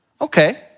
Okay